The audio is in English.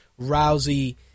Rousey